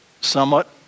somewhat